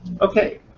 Okay